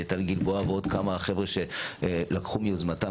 טל גלבוע ועד כמה חבר'ה שלקחו יוזמה,